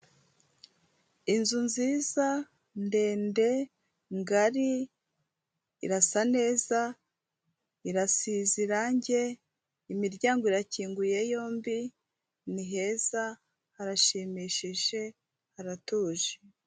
Inzu nziza, ndende, ngari, irasa neza, irasize irange, imiryango irakinguye yombi, ni heza, harashimishije, hararatuje.